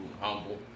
humble